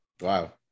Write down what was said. Wow